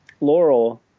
Laurel